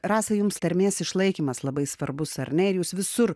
rasa jums tarmės išlaikymas labai svarbus ar ne jūs visur